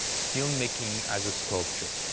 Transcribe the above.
film making as a sculpture.